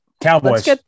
Cowboys